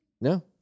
No